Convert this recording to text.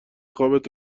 خوابت